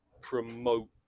promote